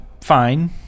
fine